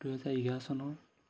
দুহেজাৰ এঘাৰ চনৰ